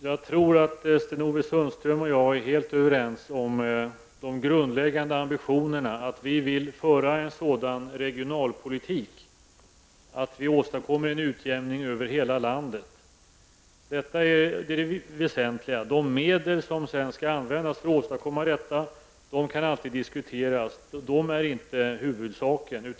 Jag tror att Sten-Ove Sundström och jag är helt överens om de grundläggande ambitionerna. Vi vill föra en sådan regionalpolitik att vi åstadkommer en utjämning över hela landet. Detta är det väsentliga. De medel som sedan skall användas för att åstadkomma detta kan alltid diskuteras. De är inte huvudsaken.